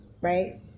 Right